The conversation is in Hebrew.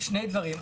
שני דברים.